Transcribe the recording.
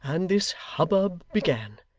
and this hubbub began.